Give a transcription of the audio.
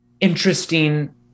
Interesting